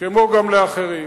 כמו גם לאחרים,